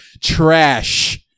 trash